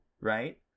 right